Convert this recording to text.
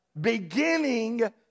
Beginning